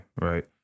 right